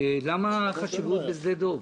למה החשיבות היא בשדה דב,